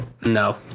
No